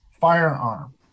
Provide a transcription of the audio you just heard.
firearm